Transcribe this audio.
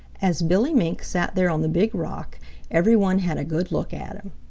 as billy mink sat there on the big rock every one had a good look at him.